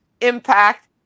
Impact